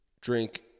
drink